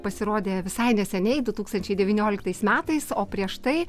pasirodė visai neseniai du tūkstančiai devynioliktais metais o prieš tai